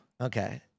Okay